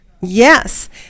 Yes